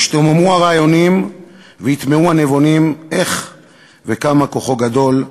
ישתוממו הרעיונים ויתמהו הנבונים איך וכמה כוחו גדול,